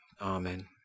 Amen